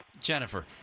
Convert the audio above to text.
Jennifer